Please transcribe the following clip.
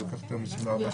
זה לוקח יותר מ-24 שעות.